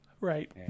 Right